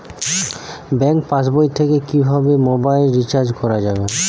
Bank পাশবই থেকে কিভাবে মোবাইল রিচার্জ করা যাবে?